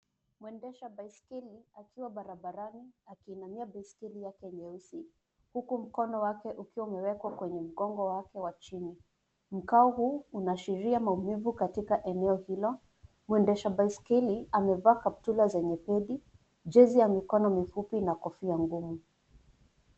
Mwendesha baiskeli akiwa barabarani akiinamia baiskeli yake nyeusi huku mkono wake ukiwa umewekwa kwenye mgongo wake wa chini. Mkao huu unaashiriaa maumivu katika eneo hilo. Mwendesha baiskeli amevaa kaptula zenye pedi, jezi ya mikono mifupi na kofia ngumu.